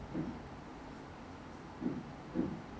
one year is sixty nine !wah! one year is quite worth it ah sixty nine